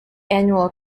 annual